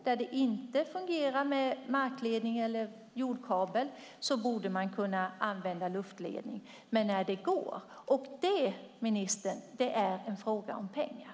Där det inte fungerar med markledning eller jordkabel borde man kunna använda luftledning, och det, ministern, är en fråga om pengar.